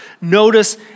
notice